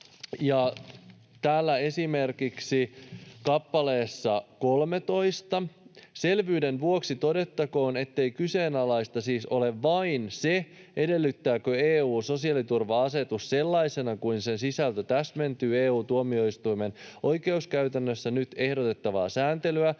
esimerkiksi kappaleessa 13: ”Selvyyden vuoksi todettakoon, ettei kyseenalaista siis ole ’vain’ se, edellyttääkö EU:n sosiaaliturva-asetus, sellaisena kuin sen sisältö täsmentyy EU-tuomioistuimen oikeuskäytännössä, nyt ehdotettavaa sääntelyä.